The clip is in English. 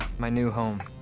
my new home